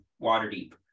Waterdeep